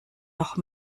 noch